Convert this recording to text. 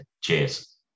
Cheers